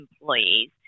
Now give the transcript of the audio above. employees